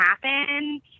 happen